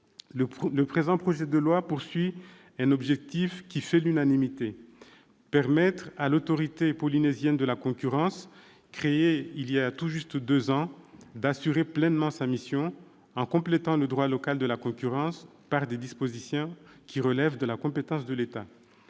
de ce projet de loi fait l'unanimité : permettre à l'autorité polynésienne de la concurrence, créée il y a tout juste deux ans, d'assurer pleinement sa mission, en complétant le droit local de la concurrence par des dispositions qui relèvent de la compétence de l'État.